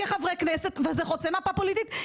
וזה חוצה מפה פוליטית,